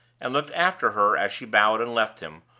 and looked after her as she bowed and left him,